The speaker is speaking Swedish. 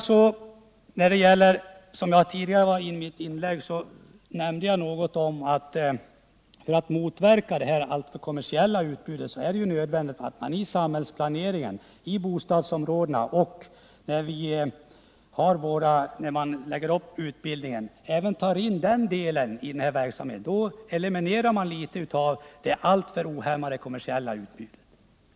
Jag sade i mitt tidigare inlägg att det för att man skall kunna motverka ett alltför stort kommersiellt utbud är nödvändigt att samhället i sin planering av bostadsområdena och vid uppläggningen av utbildningen tar hänsyn även till denna verksamhet. På det sättet kan man eliminera verkningarna av ett alltför ohämmat kommersiellt utbud.